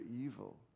evil